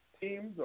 teams